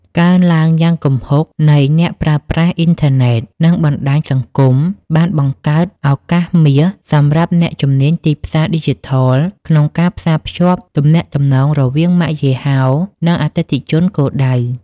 រកើនឡើងយ៉ាងគំហុគនៃអ្នកប្រើប្រាស់អ៊ីនធឺណិត និងបណ្តាញសង្គមបានបង្កើតឱកាសមាសសម្រាប់អ្នកជំនាញទីផ្សារឌីជីថលក្នុងការផ្សារភ្ជាប់ទំនាក់ទំនងរវាងម៉ាកយីហោ និងអតិថិជនគោលដៅ។